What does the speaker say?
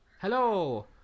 Hello